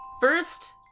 First